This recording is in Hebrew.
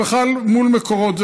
זה בכלל מול מקורות,